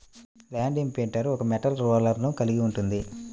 land imprinter ఒక metal రోలర్ను కలిగి ఉంటుంది